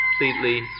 completely